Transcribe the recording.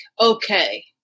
okay